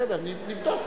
בסדר, נבדוק.